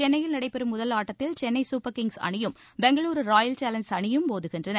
சென்னையில் நடைபெறும் முதல் ஆட்டத்தில் சென்னை சூப்பர் கிங்ஸ் அணியும் பெங்களுரு ராயல் சாலஞ்சா்ஸ் அணியும் மோதுகின்றன